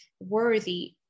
worthy